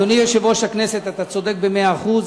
אדוני יושב-ראש הכנסת, אתה צודק במאה אחוז.